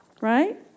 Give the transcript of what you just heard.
right